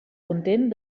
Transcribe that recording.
content